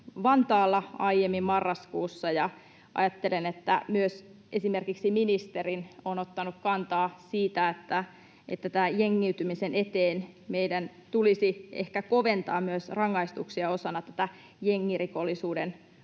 Vantaalla aiemmin marraskuussa, ja ajattelen, että myös esimerkiksi ministeri on ottanut kantaa siihen, että tämän jengiytymisen eteen meidän tulisi ehkä koventaa myös rangaistuksia osana tätä jengirikollisuuden